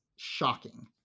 shocking